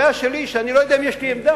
הבעיה שלי היא שאני לא יודע אם יש לי עמדה.